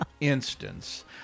instance